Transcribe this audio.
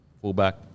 fullback